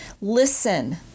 listen